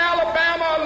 Alabama